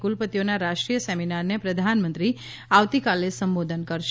કુલપતિઓના રાષ્ટ્રીય સેમિનારને પ્રધાનમંત્રી આવતીકાલે સંબોધન કરશે